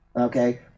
okay